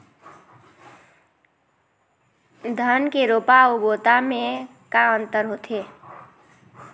धन के रोपा अऊ बोता म का अंतर होथे?